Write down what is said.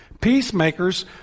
Peacemakers